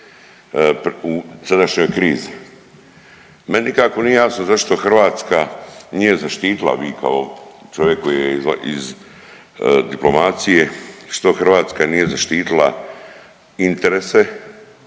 u sadašnjoj krizi. Meni nikako nije jasno zašto Hrvatska nije zaštitila, a vi kao čovjek koji je iz diplomacije, što Hrvatska nije zaštitila interese